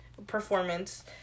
performance